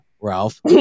Ralph